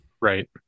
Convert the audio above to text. right